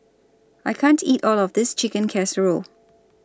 I can't eat All of This Chicken Casserole